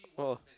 oh